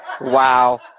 Wow